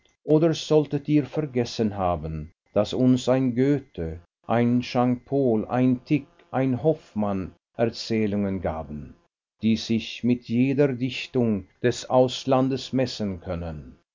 oder solltet ihr vergessen haben daß uns ein goethe ein jean paul ein tieck ein hoffmann erzählungen gaben die sich mit jeder dichtung des auslandes messen können